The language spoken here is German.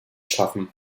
schaffen